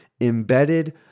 embedded